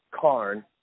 Karn